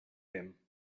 him